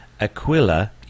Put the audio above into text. Aquila